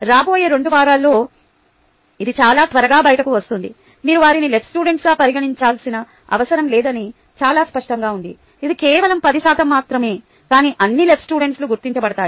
రాబోయే రెండు వారాల్లో ఇది చాలా త్వరగా బయటకు వస్తుంది మీరు వారిని LSగా పరిగణించాల్సిన అవసరం లేదని చాలా స్పష్టంగా ఉంది ఇది కేవలం 10 శాతం మాత్రమే కానీ అన్నీ LSలు గుర్తించబడతాయి